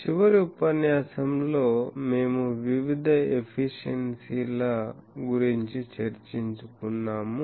చివరి ఉపన్యాసంలో మేము వివిధ ఎఫిషియెన్సీల గురించి చర్చించుకున్నాము